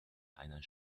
einer